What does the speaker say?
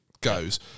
goes